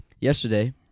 Yesterday